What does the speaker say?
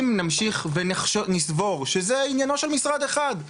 אם נמשיך ונסבור שזה עניינו של משרד אחד,